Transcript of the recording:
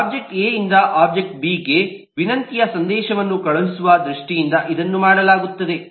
object A ಯಿಂದ object B ಗೆ ವಿನಂತಿಯ ಸಂದೇಶವನ್ನು ಕಳುಹಿಸುವ ದೃಷ್ಟಿಯಿಂದ ಇದನ್ನು ಮಾಡಲಾಗುತ್ತದೆ